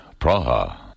Praha